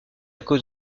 cause